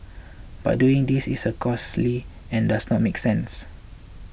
but doing this is a costly and does not make sense